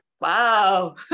wow